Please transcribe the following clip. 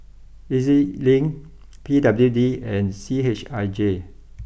E Z Link P W D and C H I J